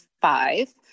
five